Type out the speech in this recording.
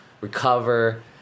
recover